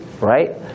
right